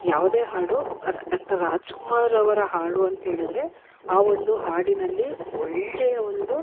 ಯಾವುದೇ ಹಾಡು ಡಾಕ್ಟರ್ ರಾಜ್ಕುಮಾರ್ ಅವರ ಹಾಡು ಅಂತ್ಹೇಳಿದ್ರೆ ಆ ಒಂದು ಹಾಡಿನಲ್ಲಿ ಒಳ್ಳೆಯ ಒಂದು